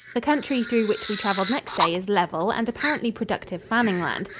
the country through which we traveled next day is level and apparently productive fanning land.